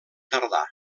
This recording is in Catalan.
tardà